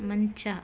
ಮಂಚ